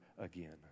again